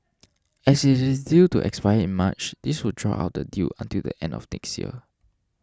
as it is due to expire in March this would draw out the deal until the end of next year